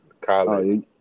college